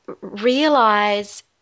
realize